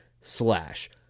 slash